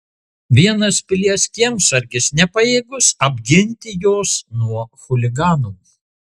vienas pilies kiemsargis nepajėgus apginti jos nuo chuliganų